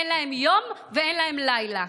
אין להם יום ואין להם לילה.